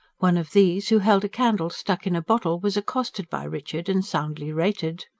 one of these, who held a candle stuck in a bottle, was accosted by richard and soundly rated.